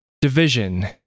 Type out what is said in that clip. division